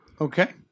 Okay